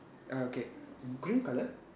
ah okay green colour